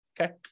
Okay